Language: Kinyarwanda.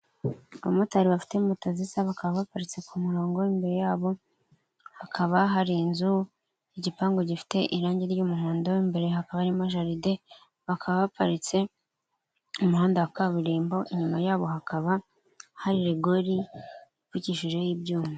Abamotari bafite moto ziza bakaba baparitse ku murongo, imbere yabo hakaba hari inzu, igipangu gifite irangi ry'umuhondo, imbere hakaba harimo jaride, bakaba baparitse mu muhanda wa kaburimbo, inyuma yabo hakaba hari rigori ipfukishijeho ibyuma.